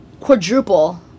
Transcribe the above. quadruple